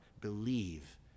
Believe